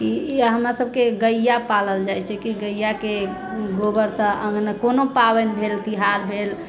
ई ई हमरा सभकेँ गैया पालल जाइत छै कि गैयाके गोबरसँ अङ्गना कोनो पाबनि भेल तिहार भेल